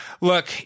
Look